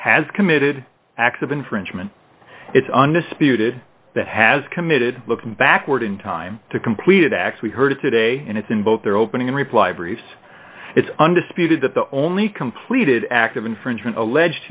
has committed acts of infringement it's undisputed that has committed looking backward in time to completed acts we heard today and it's in both their opening in reply briefs it's undisputed that the only completed act of infringement alleged